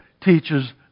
teaches